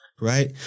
Right